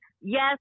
Yes